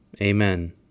Amen